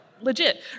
Legit